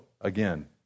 again